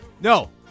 No